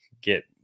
get